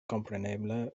komprenebla